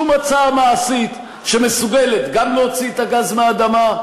שום הצעה מעשית שמסוגלת גם להוציא את הגז מהאדמה,